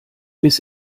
bis